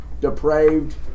depraved